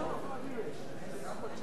בוז'י, אני מדבר אליך.